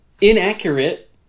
inaccurate